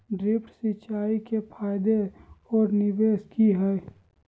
Drip सिंचाई के फायदे और निवेस कि हैय?